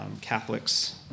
Catholic's